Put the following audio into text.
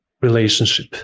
relationship